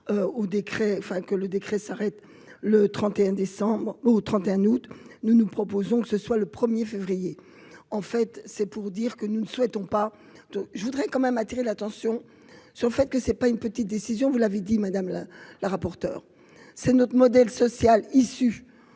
au décret enfin que le décret s'arrête le 31 décembre au 31 août nous, nous proposons que ce soit le 1er février en fait, c'est pour dire que nous ne souhaitons pas je voudrais quand même attirer l'attention sur le fait que c'est pas une petite décision vous l'avez dit madame la la rapporteure, c'est notre modèle social issu